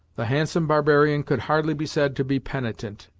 the handsome barbarian could hardly be said to be penitent.